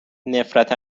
نفرت